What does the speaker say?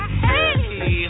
hey